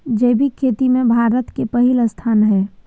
जैविक खेती में भारत के पहिला स्थान हय